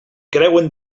creuen